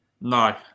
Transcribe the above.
No